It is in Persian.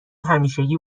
همیشگی